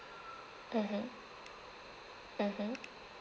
mmhmm mmhmm